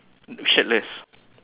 shirtless